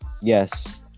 Yes